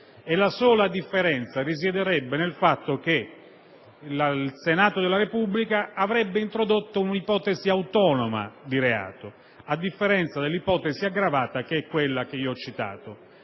e la sola differenza risiederebbe nel fatto che il Senato della Repubblica avrebbe introdotto un'ipotesi autonoma di reato, a differenza dell'ipotesi aggravata che è quella che ho citato.